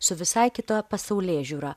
su visai kita pasaulėžiūra